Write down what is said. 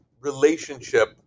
relationship